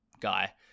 guy